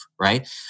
right